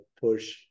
push